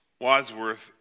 Wadsworth